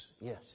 Yes